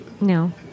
No